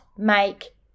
make